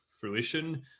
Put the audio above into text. fruition